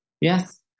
Yes